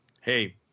hey